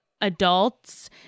adults